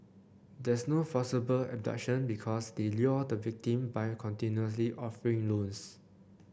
there's no forcible abduction because they lure the victim by continuously offering loans